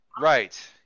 right